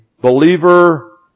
believer